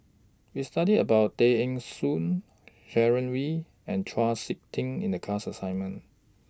We studied about Tay Eng Soon Sharon Wee and Chau Sik Ting in The class assignment